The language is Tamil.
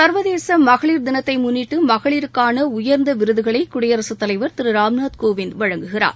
சர்வதேச மகளிர் தினத்தை முன்னிட்டு மகளிருக்கான உயர்ந்த விருதுகளை குடியரசு தலைவர் திரு ராம்நாத் கோவிந்த் வழங்குகிறார்